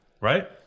right